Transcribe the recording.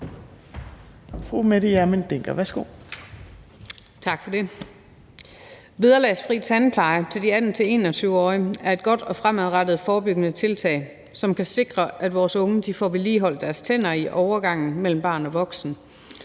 Vederlagsfri tandpleje til de 18-21-årige er et godt og fremadrettet forebyggende tiltag, som kan sikre, at vores unge får vedligeholdt deres tænder i overgangen mellem barn og voksen